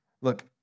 Look